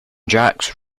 jack’s